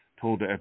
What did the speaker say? told